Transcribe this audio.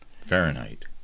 fahrenheit